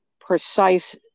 precise